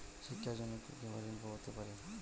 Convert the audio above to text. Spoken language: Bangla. শিক্ষার জন্য কি ভাবে ঋণ পেতে পারি?